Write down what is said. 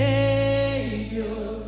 Savior